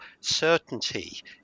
certainty